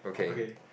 okay